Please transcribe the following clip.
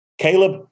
Caleb